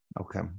Okay